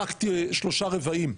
רק שלושה רבעים,